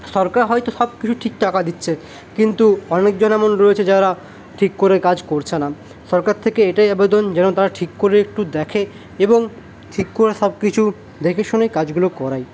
সরকার হয়তো সবকিছু ঠিক টাকা দিচ্ছে কিন্তু অনেকজন এমন রয়েছে যারা ঠিক করে কাজ করছে না সরকার থেকে এটাই আবেদন যেন তারা ঠিক করে একটু দেখে এবং ঠিক করে সবকিছু দেখেশুনেই কাজগুলো করায়